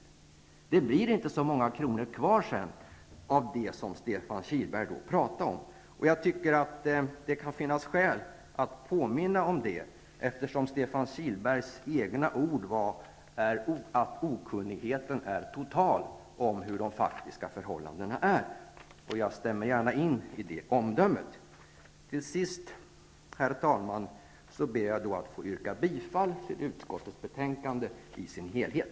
Det blir inte så många kronor kvar av det som Stefan Kihlberg talade om. Jag tycker att det finns skäl att påminna om det, eftersom Stefan Kihlbergs egna ord var att okunnigheten är total om hur de faktiska förhållandena är. Jag instämmer gärna i det omdömet. > bHerr talman! Till sist ber jag att få yrka bifall till hemställan i utskottets betänkande i dess helhet.